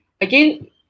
again